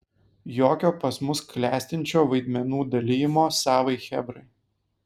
jokio pas mus klestinčio vaidmenų dalijimo savai chebrai